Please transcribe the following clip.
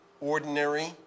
ordinary